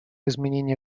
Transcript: изменения